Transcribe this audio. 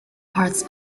parts